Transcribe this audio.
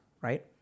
right